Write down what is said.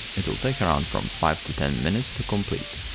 it will take around from five to ten minutes to complete.